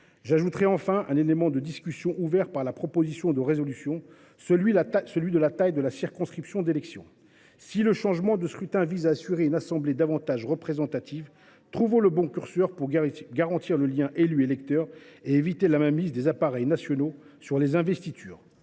J’en viens enfin à un élément de discussion ouvert par la proposition de résolution, celui de la taille de la circonscription d’élection. Si le changement de scrutin vise à assurer une assemblée davantage représentative, trouvons le bon curseur pour garantir le lien entre les élus et leurs électeurs et pour éviter la mainmise des appareils nationaux sur les investitures.